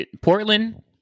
Portland